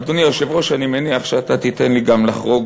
אדוני היושב-ראש, אני מניח שאתה תיתן לי גם לחרוג,